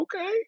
Okay